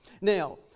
Now